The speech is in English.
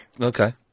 Okay